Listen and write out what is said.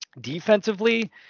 Defensively